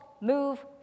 move